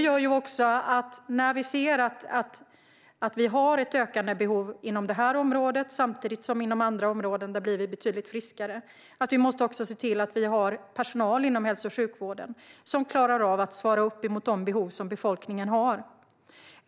När vi ser att det finns ökande behov inom detta område, samtidigt som vi blir betydligt friskare inom andra områden, måste vi se till att det finns personal inom hälso och sjukvården som klarar av att svara upp mot de behov som befolkningen har.